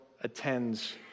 attends